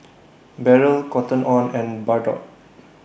Barrel Cotton on and Bardot